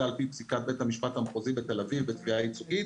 על פי פסיקת בית המשפט המחוזי בתל אביב בתביעה ייצוגית,